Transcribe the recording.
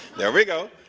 there we go.